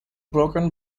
broken